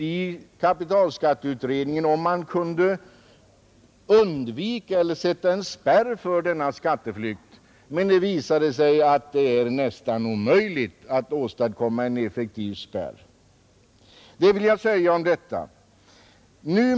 I kapitalskatteberedningen undersökte vi grundligt om vi kunde sätta en spärr för den skatteflykten, men det visade sig nästan omöjligt att åstadkomma en effektiv spärr i det avseendet. — Detta om detta.